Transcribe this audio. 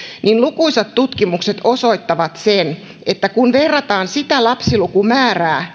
niin lukuisat tutkimukset osoittavat sen että kun verrataan sitä lapsilukumäärää